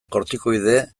kortikoide